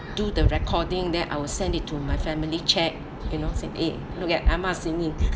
do the recording then I will send it to my family chat you know say look at ahma singing